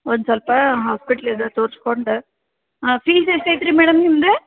ಒಂದು ಸ್ವಲ್ಪ ಹಾಸ್ಪಿಟ್ಲಿಗೆ ತೋರಿಸ್ಕೊಂಡು ಫೀಸ್ ಎಷ್ಟೈಯ್ತ್ರಿ ಮೇಡಮ್ ನಿಮ್ದು